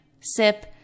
sip